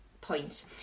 point